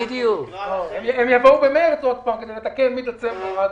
הם יבואו במארס עוד פעם כדי לתקן מדצמבר.